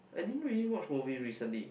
I didn't really watch movie recently